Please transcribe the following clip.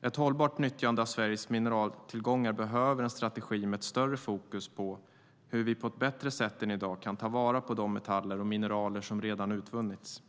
Ett hållbart nyttjande av Sveriges mineraltillgångar behöver en strategi med större fokus på hur vi på ett bättre sätt än i dag kan ta vara på de metaller och mineraler som redan har utvunnits.